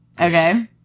okay